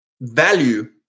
value